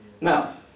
Now